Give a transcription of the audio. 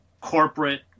corporate